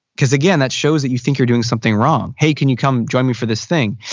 because again, that shows that you think you're doing something wrong. hey can you come join me for this thing?